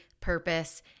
purpose